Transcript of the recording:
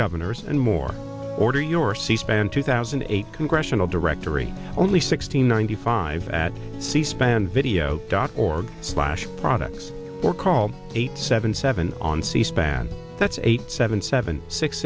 governors and more order your c span two thousand and eight congressional directory only sixteen ninety five at c span video dot org slash products or call eight seven seven on c span that's eight seven seven six